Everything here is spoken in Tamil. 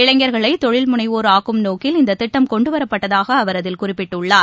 இளைஞர்களைதொழில் முனைவோர் ஆக்கும் நோக்கில் இந்ததிட்டம் கொண்டுவரப்பட்டதாகஅவர் அதில் குறிப்பிட்டுள்ளார்